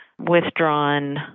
withdrawn